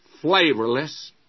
flavorless